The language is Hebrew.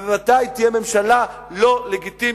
ובוודאי תהיה ממשלה לא לגיטימית.